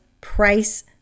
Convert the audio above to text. price